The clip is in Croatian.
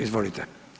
Izvolite.